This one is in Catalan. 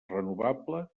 renovable